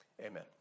Amen